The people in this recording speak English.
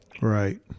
Right